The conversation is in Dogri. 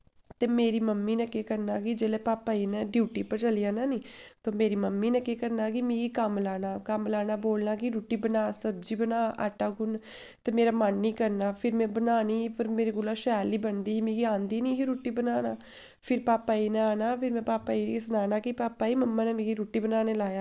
ते मेरी मम्मी ने केह् करना कि जेल्लै पापा जी ने ड्यूटी पर चली जाना नी ते मेरी मम्मी ने केह् करना कि मी कम्म लाना कम्म लाना बोलना कि रुट्टी बनाऽ सब्जी बना आटा गु'न्न ते मेरा मन निं करना ते फिर में बनानी फिर मेरे कोला शैल निं बनदी ही मिगी औंदी निं ही रुट्टी बनाना फिर पापा जी ने औना फिर में पापा जी गी सनाना कि पापा जी मम्मा ने मिगी रुट्टी बनाने गी लाया हा